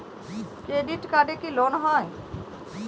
Credit কার্ডে কি loan হয়?